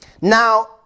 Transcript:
Now